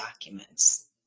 documents